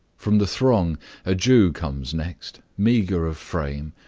from the throng a jew comes next, meager of frame,